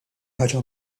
ħaġa